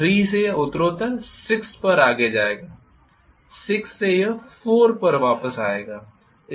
3 से यह उत्तरोत्तर 6 पर आगे जाएगा 6 से यह 4 पर वापस आएगा